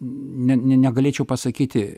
ne negalėčiau pasakyti